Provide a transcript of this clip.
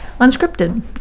Unscripted